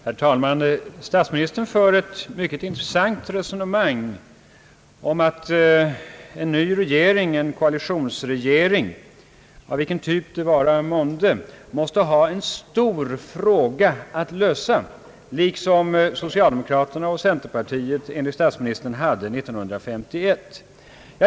Herr talman! Statsministern för ett mycket intressant resonemang om att en ny regering, en koalitionsregering, av vilken typ det vara månde, måste ha en stor fråga att lösa, liksom socialdemokraterna och centern enligt statsministern hade 1951.